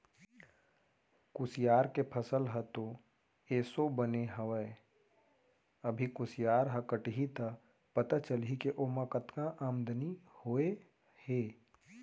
कुसियार के फसल ह तो एसो बने हवय अभी कुसियार ह कटही त पता चलही के ओमा कतका आमदनी होय हे